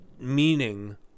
meaning